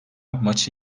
maçı